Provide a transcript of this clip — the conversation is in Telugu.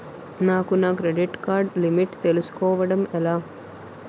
నాకు నా క్రెడిట్ కార్డ్ లిమిట్ తెలుసుకోవడం ఎలా?